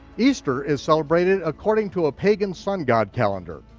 easter is celebrated according to a pagan sun-god calendar,